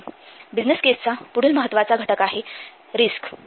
११३६ business केसचा पुढील महत्त्वाचा घटक हे रिस्क्स आहे